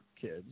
kids